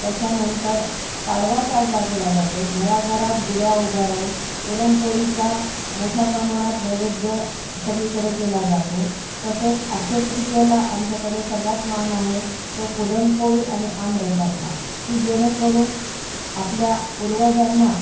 त्याच्यानंतर पाडवा साजरा केला जातो घराघरात गुढ्या उभारवून पुरणपोळीचा मोठ्या प्रमाणात नैवेद्य सगळीकडे केला जातो तसेच अक्षय्यतृतीयेला आमच्याकडे सगळ्यात मान आहे तो पुरणपोळी आणि आमरसाचा की जेणेकरून आपल्या पूर्वजांना